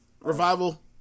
Revival